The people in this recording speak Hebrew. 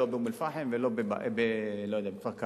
לא באום-אל-פחם ולא בכפר-קרע.